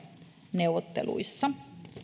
neuvotteluissa